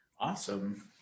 awesome